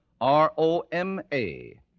R-O-M-A